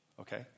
okay